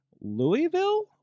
Louisville